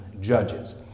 judges